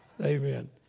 Amen